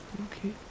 Okay